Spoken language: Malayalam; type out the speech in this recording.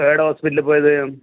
എവിടെ ഹോസ്പിറ്റലിൽ പോയത്